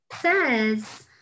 Says